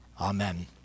Amen